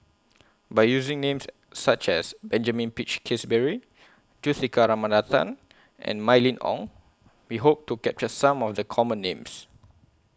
By using Names such as Benjamin Peach Keasberry Juthika Ramanathan and Mylene Ong We Hope to capture Some of The Common Names